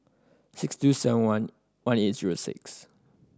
six two seven one one eight zero six